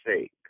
sake